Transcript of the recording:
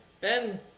Ben